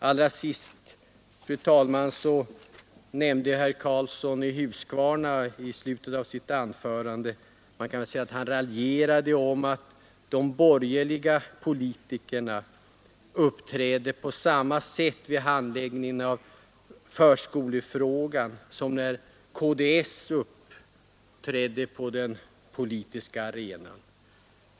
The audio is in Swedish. I slutet av sitt anförande raljerade herr Karlsson i Huskvarna om att de borgerliga politikerna vid behandlingen av förskolefrågan uppträder på samma sätt som när KDS uppträdde på den politiska arenan.